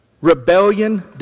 Rebellion